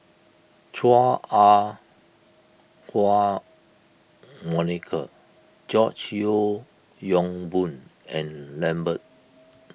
Chua Ah Huwa Monica George Yeo Yong Boon and Lambert